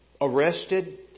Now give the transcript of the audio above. arrested